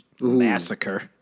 massacre